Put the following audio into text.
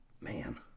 man